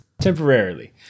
Temporarily